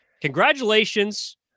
Congratulations